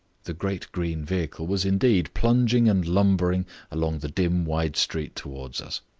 the great green vehicle was indeed plunging and lumbering along the dim wide street towards us.